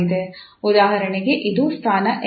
ಉದಾಹರಣೆಗೆ ಇದು ಸ್ಥಾನ 𝑥